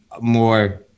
more